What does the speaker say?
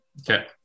Okay